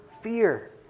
fear